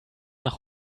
nach